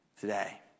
today